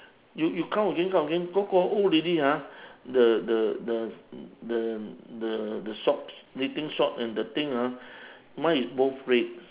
you you count again count again go go old already ah the the the the the the socks knitting sock and the thing ah mine is both red